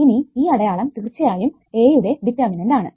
ഇനി ഈ അടയാളം തീർച്ചയായും A യുടെ ഡിറ്റർമിനന്റ് ആണ്